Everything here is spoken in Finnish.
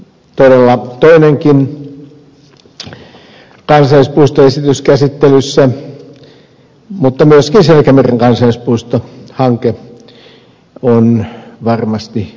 siellä on todella toinenkin kansallispuistoesitys käsittelyssä mutta myöskin selkämeren kansallispuistohanke on varmasti myötätuulessa